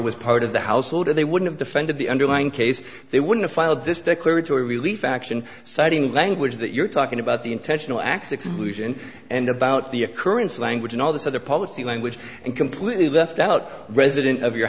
was part of the household or they would have defended the underlying case they wouldn't file this declaratory relief action citing language that you're talking about the intentional acts exclusion and about the occurrence language in all this of the policy language and completely left out resident of your